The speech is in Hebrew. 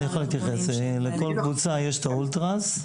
את האולטראס.